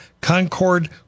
Concord